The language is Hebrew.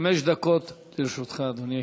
חמש דקות לרשותך, אדוני.